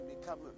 become